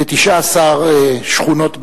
ב-19 שכונות בירושלים,